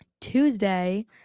Tuesday